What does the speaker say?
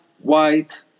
white